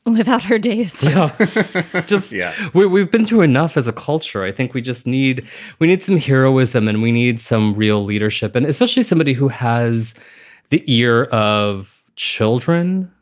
live out her days yeah just yeah yet. we've been through enough as a culture. i think we just need we need some heroism and we need some real leadership and especially somebody who has the ear of children.